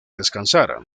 descansar